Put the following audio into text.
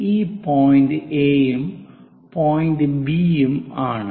ഇത് point A ഉം point B ഉം ആണ്